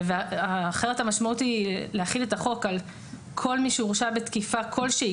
אחרת המשמעות היא להחיל את החוק על כל מי שהורשע בתקיפה כלשהי,